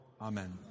Amen